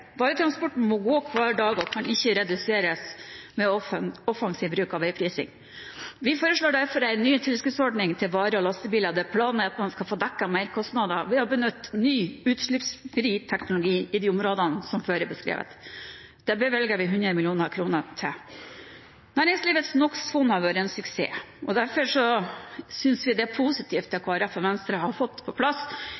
Varetransporten må gå hver dag og kan ikke reduseres med offensiv bruk av veiprising. Vi foreslår derfor en ny tilskuddsordning til vare- og lastebiler der planen er at en skal få dekket merkostnader ved å benytte ny, utslippsfri teknologi i de områdene som før er beskrevet. Det bevilger vi 100 mill. kr til. Næringslivets NO x -fond har vært en suksess. Derfor synes vi det er positivt